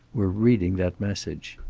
were reading that message.